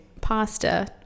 pasta